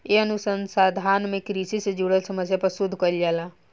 ए अनुसंधान में कृषि से जुड़ल समस्या पर शोध कईल जाला